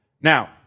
Now